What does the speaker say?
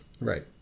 right